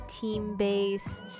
team-based